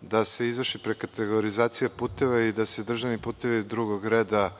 da se izvrši prekategorizacija puteva i da se sa državni putevima drugog reda